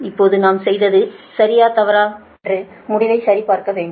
இப்போது நாம் செய்தது சரியா தவறா என்று முடிவை சரிபார்க்க வேண்டும்